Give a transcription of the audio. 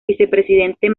vicepresidente